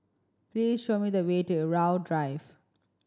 please show me the way to Irau Drive